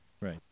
Right